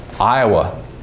Iowa